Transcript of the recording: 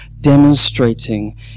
demonstrating